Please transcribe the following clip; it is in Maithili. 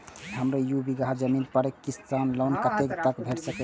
हमरा दूय बीगहा जमीन पर किसान लोन कतेक तक भेट सकतै?